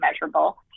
measurable